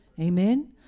Amen